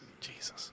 Jesus